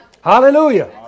Hallelujah